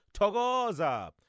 Togoza